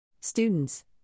Students